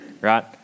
right